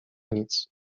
nic